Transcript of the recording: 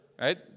right